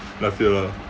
last year lah